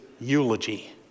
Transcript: eulogy